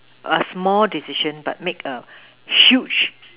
a small decision but make a huge